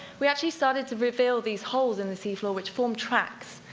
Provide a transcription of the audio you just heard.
we actually started to reveal these holes in the seafloor which from tracks.